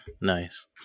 Nice